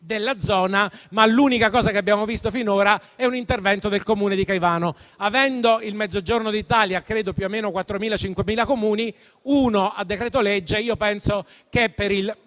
della zona. L'unica misura che abbiamo visto finora, però, è un intervento nel Comune di Caivano. Avendo il Mezzogiorno d'Italia più o meno 4.000-5.000 Comuni, uno a decreto-legge, penso che per il